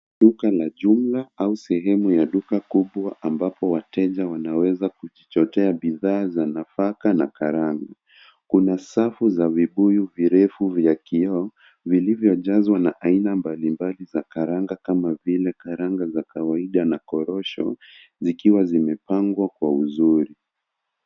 Duka la jumla au sehemu ya duka kubwa ambapo wateja wanaweza kujichotea bidhaa za nafaka na karanga. Kuna safu za vibuyu virefu vya kioo vilivyojazwa na aina mbalimbali za karanga kama vile karanga za kawaida na korosho, zikiwa zimepangwa kwa uzuri.